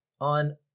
on